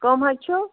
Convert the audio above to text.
کَم حظ چھِو